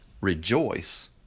rejoice